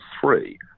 three